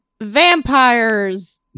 Vampires